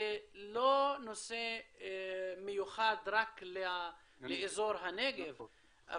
זה לא נושא מיוחד רק לאזור הנגב,